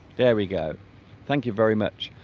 there we go thank you very much